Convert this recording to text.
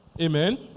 Amen